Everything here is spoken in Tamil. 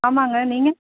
ஆமாம்ங்க நீங்கள்